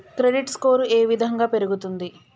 Credit score ఏ విధంగా పెరుగుతుంది?